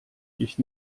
ich